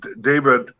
David